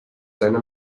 seiner